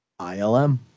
ILM